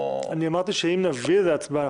אמרתי שאם נביא להצבעה,